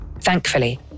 Thankfully